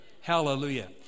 Hallelujah